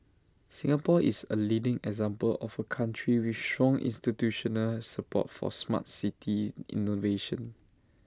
Singapore is A leading example of A country with strong institutional support for Smart City innovation